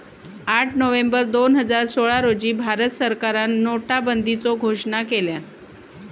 आठ नोव्हेंबर दोन हजार सोळा रोजी भारत सरकारान नोटाबंदीचो घोषणा केल्यान